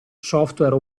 software